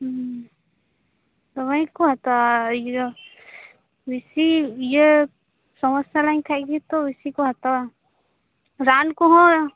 ᱦᱢ ᱫᱚᱢᱮᱠᱚ ᱦᱟᱛᱟᱣᱟ ᱤᱭᱟᱹ ᱵᱮᱥᱤ ᱤᱭᱟᱹ ᱥᱚᱢᱚᱥᱟ ᱞᱮᱱᱠᱷᱟᱡ ᱜᱮᱛᱚ ᱵᱮᱥᱤᱠᱚ ᱦᱟᱛᱟᱣᱼᱟ ᱨᱟᱱ ᱠᱚᱦᱚᱸ